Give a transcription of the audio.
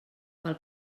pel